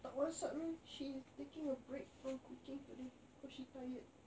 tak masak leh she taking a break from cooking today cause she tired